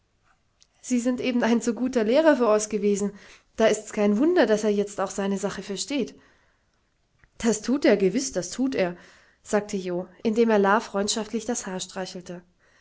sie sind eben ein zu guter lehrer für oß gewesen da ist's kein wunder daß er jetzt auch seine sache versteht das tut er gewiß das tut er sagte jo indem er la freundschaftlich das haar streichelte